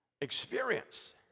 experience